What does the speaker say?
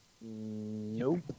Nope